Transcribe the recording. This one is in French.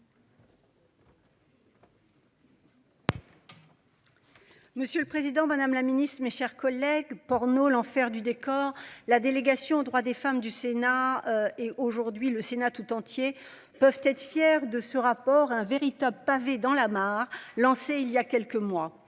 Monsieur le Président Madame la Ministre, mes chers collègues porno l'enfer du décor. La délégation aux droits des femmes du Sénat et aujourd'hui le Sénat tout entier peuvent être fiers de ce rapport. Un véritable pavé dans la mare lancé il y a quelques mois,